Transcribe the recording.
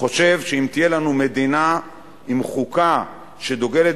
חושב שאם תהיה לנו מדינה עם חוקה שדוגלת